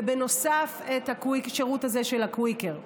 ובנוסף את השירות של הקוויקר.